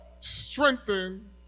strengthen